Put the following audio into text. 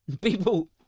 People